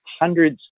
hundreds